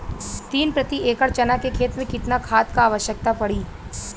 तीन प्रति एकड़ चना के खेत मे कितना खाद क आवश्यकता पड़ी?